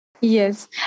Yes